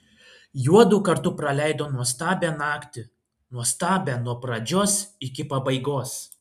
juodu kartu praleido nuostabią naktį nuostabią nuo pradžios iki pabaigos